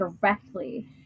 directly